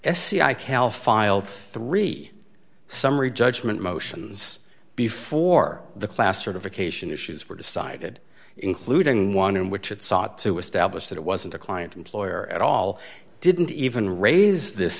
file three summary judgment motions before the class certification issues were decided including one in which it sought to establish that it wasn't a client employer at all didn't even raise this